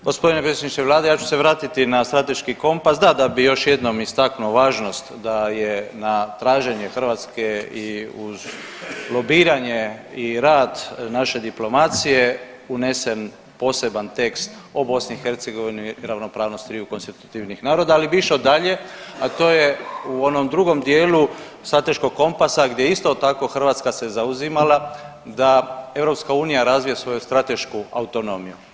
Gospodine predsjedniče vlade ja ću se vratiti na strateški kompas, da da bi još jednom istaknuo važnost da je na traženje Hrvatske i uz lobiranje i rad naše diplomacije unesen poseban tekst o BiH, ravnopravnost triju konstitutivnih naroda, ali bi išao dalje, a to je u onom drugom dijelu strateškog kompasa gdje isto tako Hrvatska se zauzimala da EU razvija svoju stratešku autonomiju.